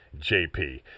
JP